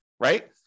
right